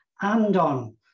and-on